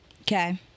Okay